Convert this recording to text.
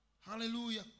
Hallelujah